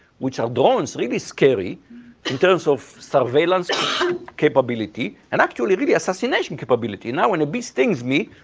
which are drones, really scary in terms of surveillance capability and actually really assassination capability. now, when a bee stings me,